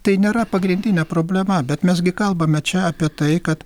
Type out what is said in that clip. tai nėra pagrindinė problema bet mes gi kalbame čia apie tai kad